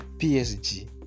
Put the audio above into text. PSG